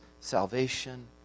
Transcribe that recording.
salvation